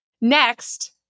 next